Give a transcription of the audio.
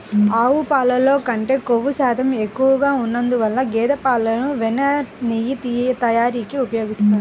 ఆవు పాలల్లో కంటే క్రొవ్వు శాతం ఎక్కువగా ఉన్నందువల్ల గేదె పాలను వెన్న, నెయ్యి తయారీకి ఉపయోగిస్తారు